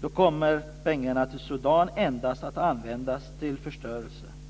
Då kommer pengarna i Sudan endast att användas till förstörelse.